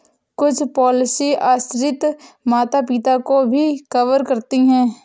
कुछ पॉलिसी आश्रित माता पिता को भी कवर करती है